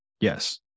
Yes